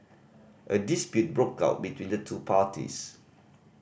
a dispute broke out between the two parties